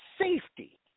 safety